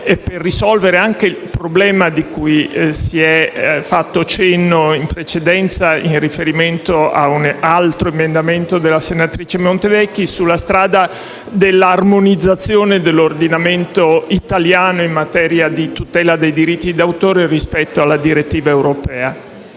a risolvere il problema cui si è fatto cenno in precedenza con riferimento ad un emendamento presentato dalla senatrice Montevecchi, sulla strada dell'armonizzazione dell'ordinamento italiano in materia di tutela di diritti d'autore rispetto alla direttiva europea.